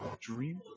Dream